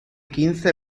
quince